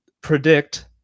predict